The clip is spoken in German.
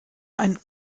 einen